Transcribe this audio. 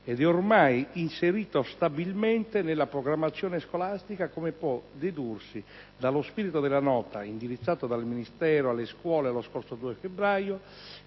ed è ormai inserito stabilmente nella programmazione scolastica, come può dedursi dallo spirito della nota indirizzata dal Ministero alle scuole lo scorso 2 febbraio